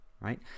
right